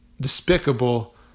despicable